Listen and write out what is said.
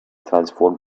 transform